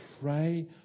pray